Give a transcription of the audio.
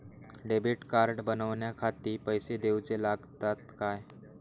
Debit card बनवण्याखाती पैसे दिऊचे लागतात काय?